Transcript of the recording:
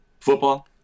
Football